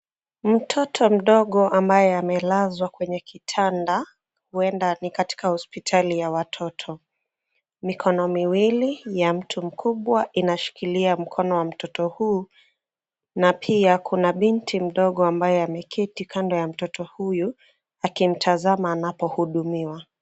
Mtoto mdogo ambaye amelazwa kwenye kitanda huenda ni katika hospitali ya watoto. Mikono miwili ya mtu mkubwa inashikilia mkono wa mtoto huu na pia kuna binti mdogo ambaye ameketi kando ya mtoto huyu akimtazama anapohudumiwa.